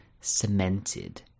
Cemented